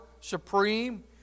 supreme